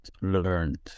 learned